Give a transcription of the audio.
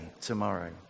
tomorrow